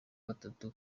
gatatu